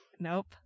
Nope